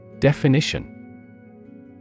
Definition